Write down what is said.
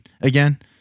again